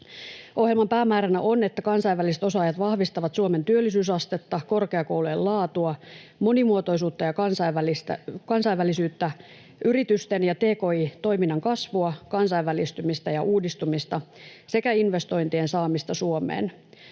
Ohjelman päämääränä on, että kansainväliset osaajat vahvistavat Suomen työllisyysastetta, korkeakoulujen laatua, monimuotoisuutta ja kansainvälisyyttä, yritysten ja tki-toiminnan kasvua, kansainvälistymistä ja uudistumista sekä investointien saamista Suomeen.